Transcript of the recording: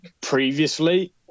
previously